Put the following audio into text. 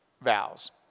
vows